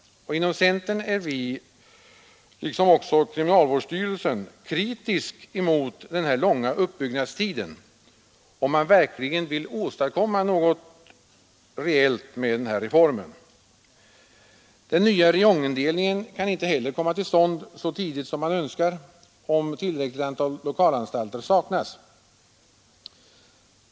Inom centern är vi liksom kriminalvårdsstyrelsen kritiska mot denna långa uppbyggnadstid, om man verkligen vill åstadkomma något reellt med den här reformen. Den nya räjongindelningen kan inte heller komma till stånd så tidigt som man önskar, om tillräckligt antal lokalanstalter saknas.